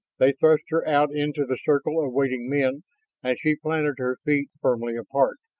they thrust her out into the circle of waiting men and she planted her feet firmly apart,